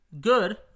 good